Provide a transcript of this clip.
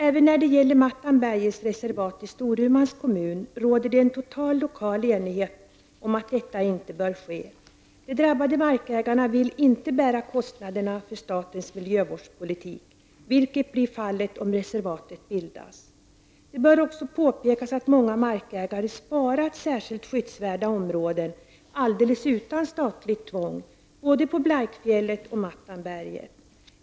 Även när det gäller Mattanbergets reservat i Storumans kommun råder en total lokal enighet om att detta inte bör ske. De drabbade markägarna vill inte bära kostnaderna för statens miljövårdspolitik, vilket skulle bli fallet om reservatet bildas. Det bör också påpekas att många markägare har sparat särskilt skyddsvärda områden utan statligt tvång, både på Blaikfjället och på Mattanberget.